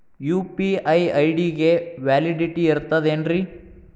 UPI ID ಗೆ validity ಇರತದ ಏನ್ರಿ?